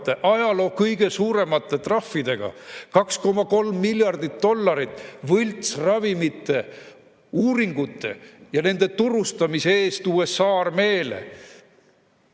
ajaloo kõige suuremate trahvidega: 2,3 miljardit dollarit võltsravimite uuringute ja nende turustamise eest USA armeele.